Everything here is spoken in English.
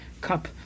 cup